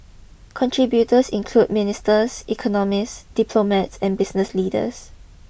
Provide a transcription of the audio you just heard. contributors include ministers economists diplomats and business leaders